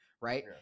Right